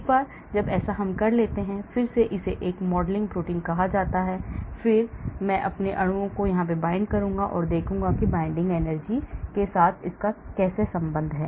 एक बार जब मैं ऐसा करता हूं तो फिर से इसे एक मॉडलिंग प्रोटीन कहा जाता है फिर मैं अपने अणुओं को बांधूंगा और फिर देखूंगा कि binding energy गतिविधि के साथ कैसे संबंधित है